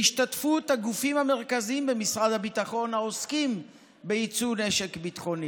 בהשתתפות הגופים המרכזיים במשרד הביטחון העוסקים ביצוא נשק ביטחוני,